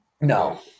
No